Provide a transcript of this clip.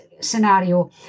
scenario